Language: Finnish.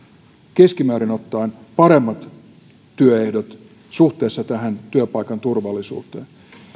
keskimäärin ottaen paremmat työehdot suhteessa yöpaikan turvallisuuteen